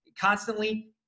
constantly